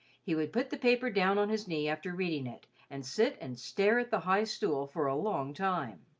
he would put the paper down on his knee after reading it, and sit and stare at the high stool for a long time.